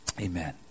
amen